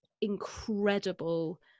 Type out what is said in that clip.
incredible